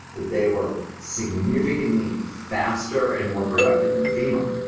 but they were significantly faster and more productive that fema.